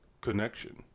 connection